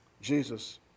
Jesus